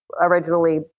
originally